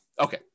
Okay